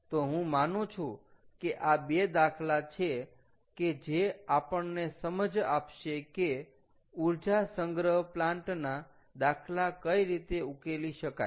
તો હું માનું છું કે આ બે દાખલા છે કે જે આપણને સમજ આપશે કે ઊર્જા સંગ્રહ પ્લાન્ટ ના દાખલા કઈ રીતે ઉકેલી શકાય